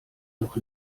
noch